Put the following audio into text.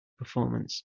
performance